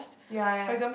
ya ya